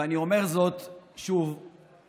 ואני אומר זאת שוב היום